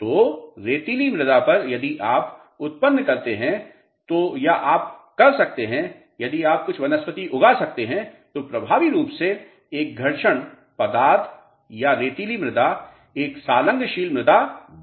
तो रेतीली मृदा पर यदि आप उत्पन्न करते हैं या आप कर सकते हैं यदि आप कुछ वनस्पति उगा सकते हैं तो प्रभावी रूप से एक घर्षण पदार्थ या रेतीली मृदा एक सलांगशील मृदा बन जाती है